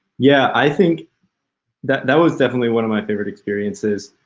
yeah, i think that that was definitely one of my favorite experiences.